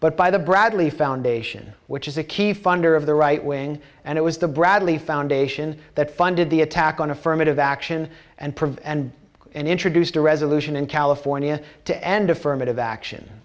but by the bradley foundation which is a key funder of the right wing and it was the bradley foundation that funded the attack on affirmative action and provide and introduced a resolution in california to end affirmative action